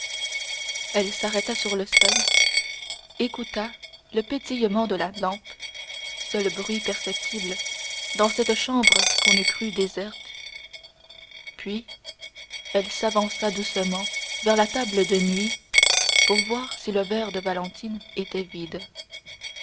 elle s'arrêta sur le seuil écouta le pétillement de la lampe seul bruit perceptible dans cette chambre qu'on eût crue déserte puis elle s'avança doucement vers la table de nuit pour voir si le verre de valentine était vide